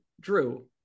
Drew